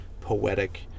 poetic